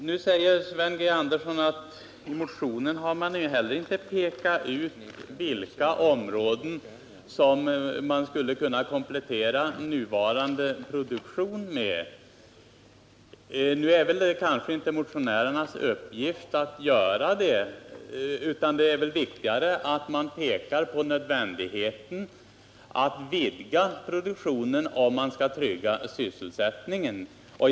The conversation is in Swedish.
Herr talman! Sven G. Andersson säger att inte heller vi i vår motion har pekat ut vilka områden som nuvarande produktion skulle kunna kompletteras med. Nu är det kanske inte motionärernas uppgift att göra detta. Det är väl viktigare att vi pekar på nödvändigheten av att vidga produktionen för att sysselsättningen skall kunna tryggas.